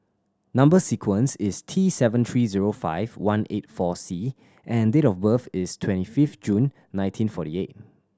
number sequence is T seven three zero five one eight four C and date of birth is twenty fifth June nineteen forty eight